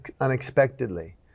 unexpectedly